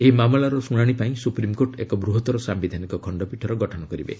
ଏହି ମାମଲାର ଶୁଣାଣି ପାଇଁ ସୁପ୍ରିମ୍କୋର୍ଟ ଏକ ବୃହତ୍ତର ସାୟିଧାନିକ ଖଣ୍ଡପୀଠର ଗଠନ କରିବେ